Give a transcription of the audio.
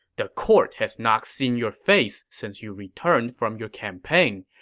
the court has not seen your face since you returned from your campaign,